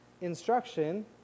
instruction